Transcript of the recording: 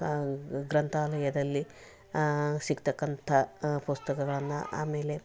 ಗ್ರಂಥಾಲಯದಲ್ಲಿ ಸಿಗ್ತಕ್ಕಂಥ ಪುಸ್ತಕಗಳನ್ನು ಆಮೇಲೆ